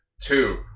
Two